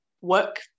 work